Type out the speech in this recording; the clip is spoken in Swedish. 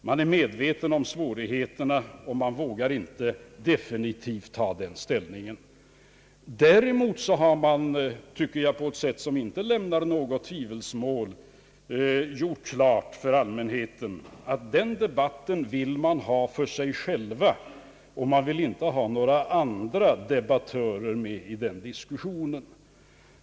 Man är medveten om svårigheterna, och man vågar inte ta definitiv ställning. Däremot har de på ett sätt som inte lämnar något tvivel gjort klart för allmänheten, att de vill ha den debatten för sig själva och inte vill ha med några andra debattörer i diskussionen.